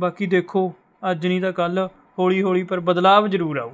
ਬਾਕੀ ਦੇਖੋ ਅੱਜ ਨਹੀਂ ਤਾਂ ਕੱਲ੍ਹ ਹੌਲੀ ਹੌਲੀ ਪਰ ਬਦਲਾਵ ਜ਼ਰੂਰ ਆਵੇਗਾ